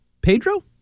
Pedro